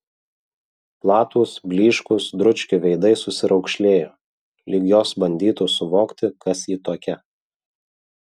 platūs blyškūs dručkių veidai susiraukšlėjo lyg jos bandytų suvokti kas ji tokia